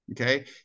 Okay